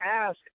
ask